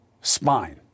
spine